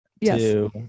yes